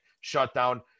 shutdown